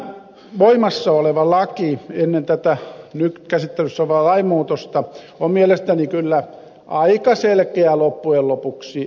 tämä voimassa oleva laki ennen tätä nyt käsittelyssä olevaa lainmuutosta on mielestäni kyllä aika selkeä loppujen lopuksi